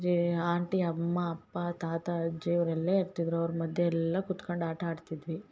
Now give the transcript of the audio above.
ಜೇ aunty ಅಮ್ಮ ಅಪ್ಪ ತಾತ ಅಜ್ಜಿ ಅವ್ರು ಎಲ್ಲೆ ಇರ್ತಿದ್ರು ಅವ್ರ ಮಧ್ಯೆ ಎಲ್ಲಾ ಕುತ್ಕಂಡು ಆಟ ಆಡ್ತಿದ್ವಿ